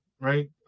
right